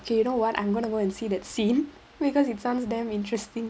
okay you know what I'm going to go and see that scene because it sounds damn interesting